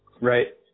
Right